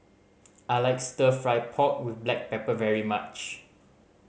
I like Stir Fry pork with black pepper very much